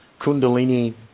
Kundalini